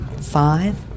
five